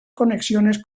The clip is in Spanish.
conexiones